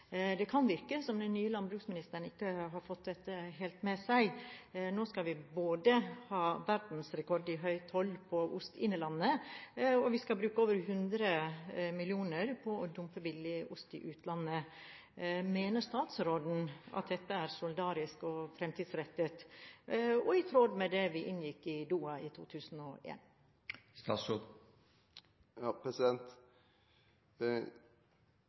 Det kan virke som om den nye landbruksministeren ikke har fått dette helt med seg. Nå skal vi både ha verdensrekord i høy toll på ost inn i landet, og vi skal bruke over 100 mill. kr på å dumpe billig ost i utlandet. Mener statsråden at dette er solidarisk og fremtidsrettet, og i tråd med den avtalen vi inngikk i Doha i